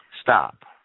stop